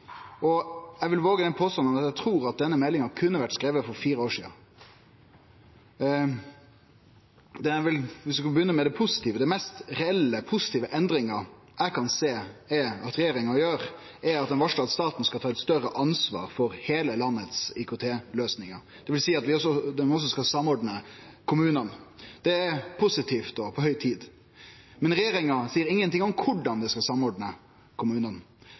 nei. Eg vil våge den påstanden at eg trur denne meldinga kunne ha vore skriven for fire år sidan. Dersom vi skal begynne med det mest positive: Den mest reelle, positive endringa eg kan sjå at regjeringa gjer, er at ein varslar at staten skal ta eit større ansvar for IKT-løysingar i heile landet, dvs. at ein også vil samordne kommunane. Det er positivt og på høg tid. Men regjeringa seier ingenting om korleis ein skal samordne kommunane.